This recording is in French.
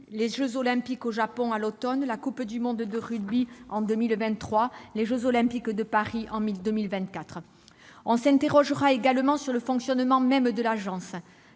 et Paralympiques au Japon à l'automne, Coupe du monde de rugby, en 2023, jeux Olympiques et Paralympiques de Paris en 2024. On s'interrogera également sur le fonctionnement même de l'Agence.